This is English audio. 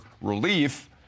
relief